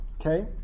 Okay